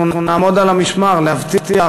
אנחנו נעמוד על המשמר להבטיח,